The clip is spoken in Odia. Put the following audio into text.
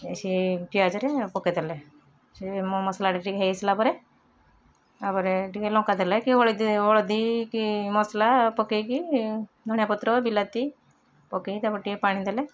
ସେଇ ପିଆଜରେ ପକାଇଦେଲେ ସେଇ ମୋ ମସଲା ଟା ଟିକେ ହେଇସାରିଲା ପରେ ତାପରେ ଟିକେ ଲଙ୍କା ଦେଲେ କି ହଳଦୀ ହଳଦୀ କି ମସଲା ପକାଇକି ଧଣିଆ ପତ୍ର ବିଲାତି ପକାଇକି ତାକୁ ଟିକେ ପାଣି ଦେଲେ